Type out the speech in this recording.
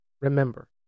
Remember